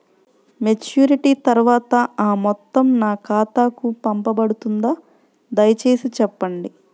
Maturity తర్వాత ఆ మొత్తం నా ఖాతాకు పంపబడుతుందా? దయచేసి చెప్పండి?